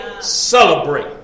celebrate